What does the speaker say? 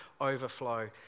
overflow